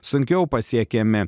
sunkiau pasiekiami